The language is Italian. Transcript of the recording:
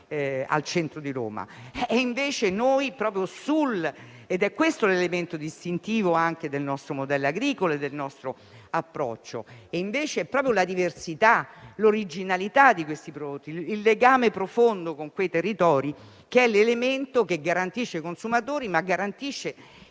del centro di Roma.